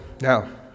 now